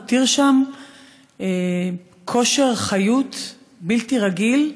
הותיר שם כושר חיות בלתי רגיל,